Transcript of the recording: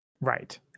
Right